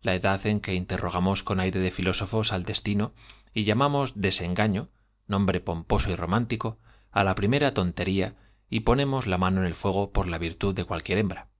la edad en que aire de filósofos al destino y llainterrogamos con mamas desengaña nombre pomposo y romántico á la primera tonterfavy ponemos la mano en el fuego la virtud de por cualquier hembra